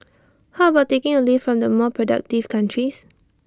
how about taking A leaf from the more productive countries